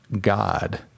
God